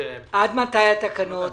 עד מתי התקנות?